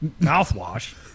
mouthwash